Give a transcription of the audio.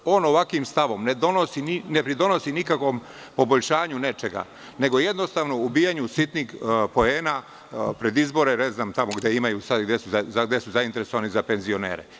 On ovakvim stavom ne doprinosi nikakvom poboljšanju nečega, nego jednostavno, ubiranju sitnih poena pred izbore gde sada imaju, gde su zainteresovani za penzionere.